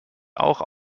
auch